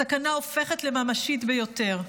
הסכנה הופכת לממשית ביותר.